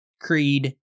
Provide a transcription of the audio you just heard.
Creed